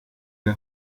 una